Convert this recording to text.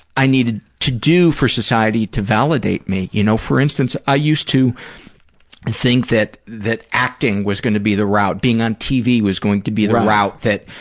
i needed to do for society to validate me. you know, for instance, i used to think that that acting was going to be the route, being on tv was going to be the route kevin